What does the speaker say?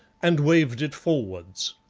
and waved it forwards.